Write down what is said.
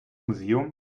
museum